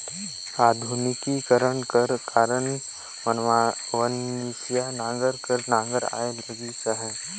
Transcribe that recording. आधुनिकीकरन कर कारन नवनसिया नांगर कस नागर आए लगिस अहे